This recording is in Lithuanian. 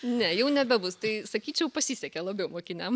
ne jau nebebus tai sakyčiau pasisekė labiau mokiniam